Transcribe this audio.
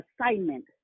assignment